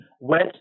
went